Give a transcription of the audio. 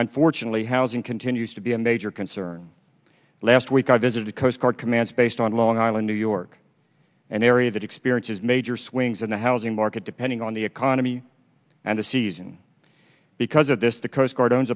i'm fortunately housing continues to be a major concern last week i visited a coast guard commander based on long island new york an area that experiences major swings in the housing market depending on the economy and the season because of this the coast guard